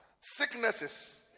sicknesses